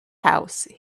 house